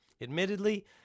Admittedly